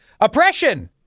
oppression